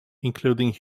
including